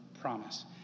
promise